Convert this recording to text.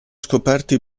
scoperti